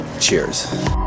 Cheers